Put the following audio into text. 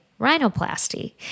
rhinoplasty